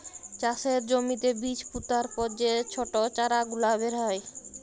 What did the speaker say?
চাষের জ্যমিতে বীজ পুতার পর যে ছট চারা গুলা বেরয়